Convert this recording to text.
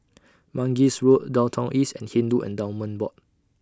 Mangis Road Downtown East and Hindu Endowments Board